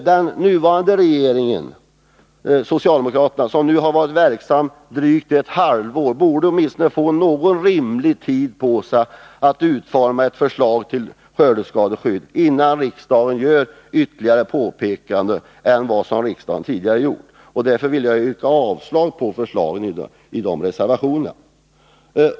Den nuvarande socialdemokratiska regeringen som varit verksam i drygt ett halvår borde få någon rimlig tid på sig att utforma ett förslag till nytt skördeskadeskydd innan riksdagen gör ytterligare påpekanden utöver dem som tidigare har gjorts. Därför vill jag yrka avslag på förslagen i reservationerna.